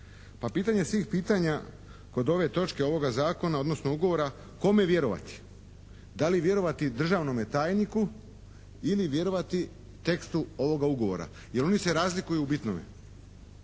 Pa pitanje svih pitanja kod ove točke ovoga zakona odnosno ugovora kome vjerovati, da li vjerovati državnome tajniku ili vjerovati tekstu ovoga ugovora. Jer oni se razlikuju u bitnome.